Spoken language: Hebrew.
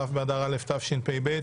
כ' באדר א' התשפ"ב,